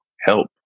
help